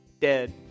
Dead